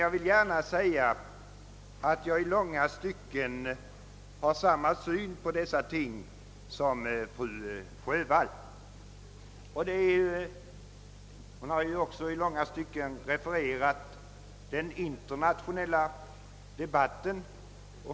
Jag vill emellertid gärna säga att jag i långa stycken har samma syn på dessa frågor som fru Sjövall. Hon har också refererat den internationella debatten.